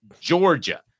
Georgia